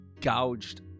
gouged